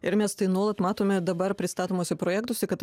ir mes tai nuolat matome dabar pristatomuose projektus kad